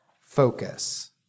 focus